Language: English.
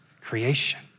creation